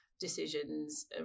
decisions